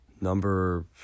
number